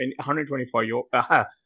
124